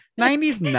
90s